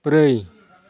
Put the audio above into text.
ब्रै